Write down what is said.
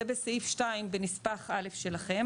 זה בסעיף 2 בנספח א' שלכם,